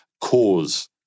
cause